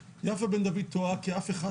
יפה בן דוד טועה כי אף אחד,